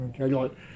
okay